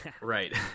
Right